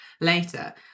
later